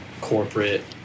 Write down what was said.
Corporate